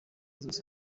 zose